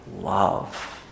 love